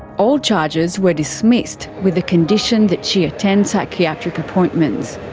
all charges were dismissed with the condition that she attend psychiatric appointments.